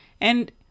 And-